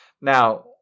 Now